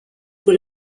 will